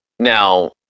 Now